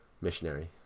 Missionary